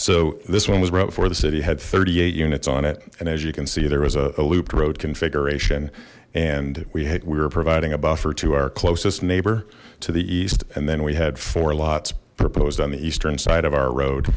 so this one was brought before the city had thirty eight units on it and as you can see there was a looped road configuration and we had we were providing a buffer to our closest neighbor to the east and then we had four lots proposed on the eastern side of our road